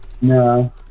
No